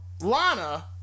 Lana